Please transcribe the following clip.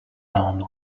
round